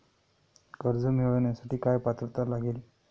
कर्ज मिळवण्यासाठी काय पात्रता लागेल?